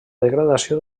degradació